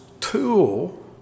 Tool